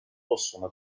possono